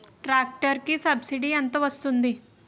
Tractor కి subsidy ఎంత వస్తుంది?